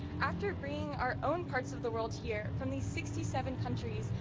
after bringing our own parts of the world here from these sixty seven countries,